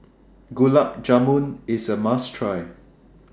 Gulab Jamun IS A must Try